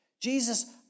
Jesus